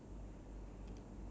oh okay lah